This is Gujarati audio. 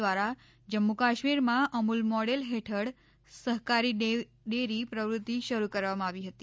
દ્વારા જમ્મુ કાશ્મીરમાં અમૂલ મોડેલ હેઠળ સહકારી ડેરી પ્રવૃતિ શરૂ કરવામાં આવી હતી